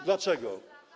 Dlaczego?